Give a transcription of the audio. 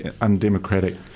undemocratic